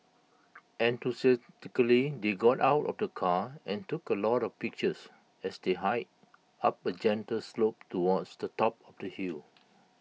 enthusiastically they got out of the car and took A lot of pictures as they hiked up A gentle slope towards the top of the hill